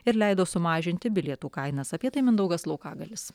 ir leido sumažinti bilietų kainas apie tai mindaugas laukagalis